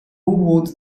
would